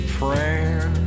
prayer